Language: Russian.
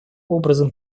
образом